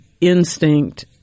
instinct